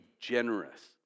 generous